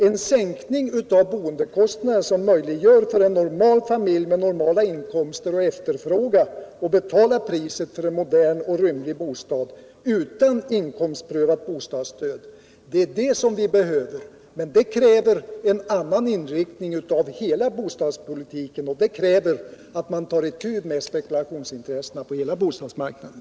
En sänkning av boendekostnaden som möjliggör för en normalfamilj med normala inkomster att efterfråga och betala priset för en modern och rymlig bostad utan inkomstprövat bostadsstöd är vad vi behöver. Men det kräver en annan inriktning av hela bostadspolitiken och det kräver att man tar itu med spekulationsintressena på hela bostadsmarknaden.